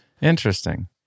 Interesting